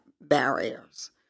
barriers